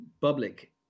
public